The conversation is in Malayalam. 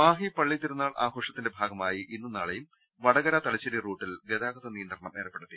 മാഹി പള്ളി തിരുനാൾ ആഘോഷത്തിന്റെ ഭാഗമായി ഇന്നും നാളെയും വടകര തലശ്ശേരി റൂട്ടിൽ ഗതാഗത നിയന്ത്രണം ഏർപ്പെടുത്തി